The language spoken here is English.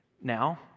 Now